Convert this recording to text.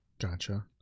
Gotcha